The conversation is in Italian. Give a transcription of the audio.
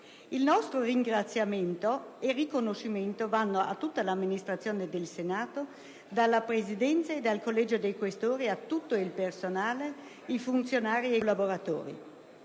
I nostri ringraziamenti e riconoscimenti vanno a tutta l'amministrazione del Senato, dalla Presidenza e dal collegio dei Questori a tutto il personale, i funzionari ed i collaboratori.